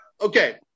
Okay